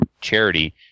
charity